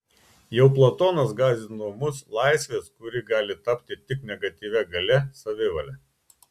jau platonas gąsdino mus laisvės kuri gali tapti tik negatyvia galia savivale